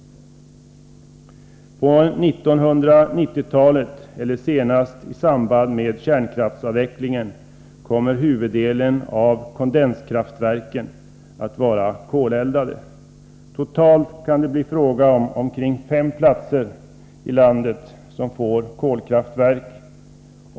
På 1990-talet, eller senast i samband med kärnkraftsavvecklingen, kommer huvuddelen av kondenskraftverken att vara koleldade. Totalt kan det bli omkring fem platser i landet som får kolkraftverk.